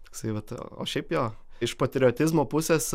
toksai vat o šiaip jo iš patriotizmo pusės